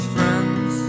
Friends